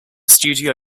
studio